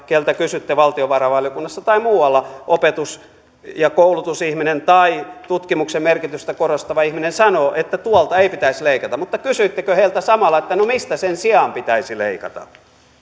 jolta kysytte valtiovarainvaliokunnassa tai muualla opetus ja koulutusihminen tai tutkimuksen merkitystä korostava ihminen sanoo että tuolta ei pitäisi leikata mutta kysyittekö heiltä samalla että no mistä sen sijaan pitäisi leikata